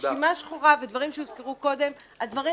רשימה שחורה ודברים שהוזכרו קודם הדברים